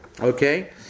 Okay